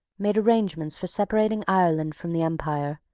made arrangements for separating ireland from the empire,